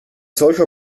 solcher